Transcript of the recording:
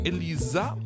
Elisa